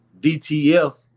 DTF